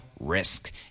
risk